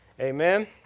Amen